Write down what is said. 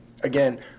again